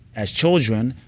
as children,